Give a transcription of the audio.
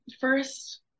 first